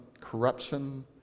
corruption